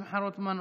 שמחה רוטמן,